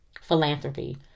Philanthropy